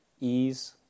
ease